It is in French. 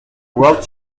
world